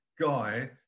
guy